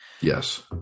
Yes